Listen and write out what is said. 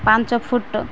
ପାଞ୍ଚ ଫୁଟ୍